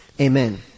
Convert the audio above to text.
Amen